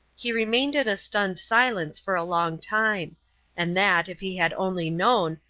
he remained in a stunned silence for a long time and that, if he had only known,